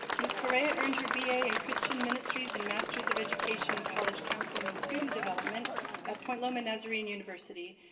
ms. correa earned her b a. in christian ministries and masters of education in college counseling and student development at point loma nazarene university,